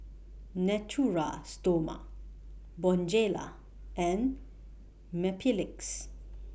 Natura Stoma Bonjela and Mepilex